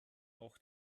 auch